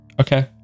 Okay